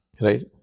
right